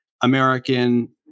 American